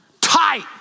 tight